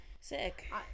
sick